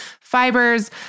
fibers